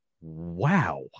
wow